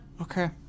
Okay